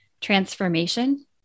transformation